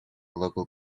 local